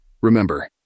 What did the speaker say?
Remember